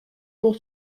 pour